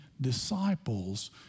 disciples